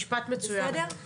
משפט מצוין.